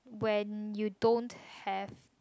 when you don't have